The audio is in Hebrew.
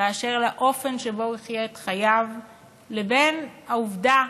באשר לאופן שבו הוא יחיה את חייו לבין העובדה